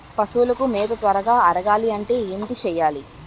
పశువులకు మేత త్వరగా అరగాలి అంటే ఏంటి చేయాలి?